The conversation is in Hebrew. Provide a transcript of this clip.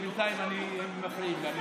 בינתיים מפריעים לי.